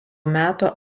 meto